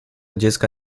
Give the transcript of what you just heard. dziecka